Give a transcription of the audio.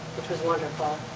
which was wonderful.